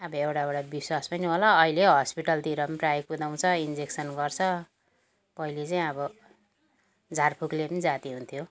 अब एउटा एउटा विश्वास पनि होला अहिले हस्पिटलतिर पनि प्राय कुदाउँछ इन्जेक्सन गर्छ पहिला चाहिँ अब झारफुकले पनि जाती हुन्थ्यो